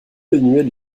annuel